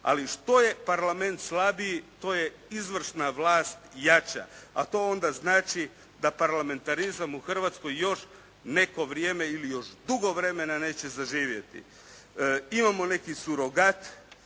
ali što je Parlament slabiji to je izvršna vlast jača, a to onda znači da parlamentarizam u Hrvatskoj još neko vrijeme ili još dugo vremena neće zaživjeti. Imamo neki surogat